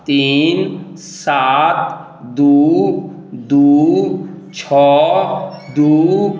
तीन सात दू दू छओ दू